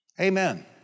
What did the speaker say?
Amen